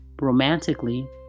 romantically